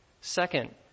Second